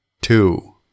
two